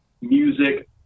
music